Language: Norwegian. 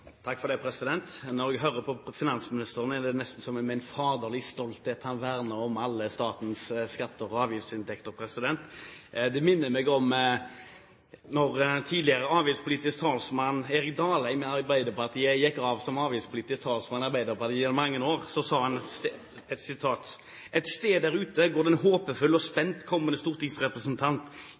verner om alle statens skatte- og avgiftsinntekter. Det minner meg om at da tidligere avgiftspolitisk talsmann Erik Dalheim i Arbeiderpartiet gikk av som avgiftspolitisk talsmann for Arbeiderpartiet gjennom mange år, sa han: «Et sted der ute går det en håpefull og spent kommende stortingsrepresentant